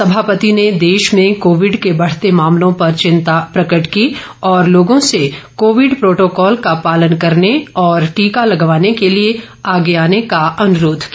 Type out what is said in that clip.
समापति ने देश में कोविड के बढते मामलों पर चिंता प्रकट की और लोगों से कोविड प्रोटोकाल का पालन करने और टीका लगवाने के लिए आगे आने का अनुरोध किया